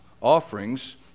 offerings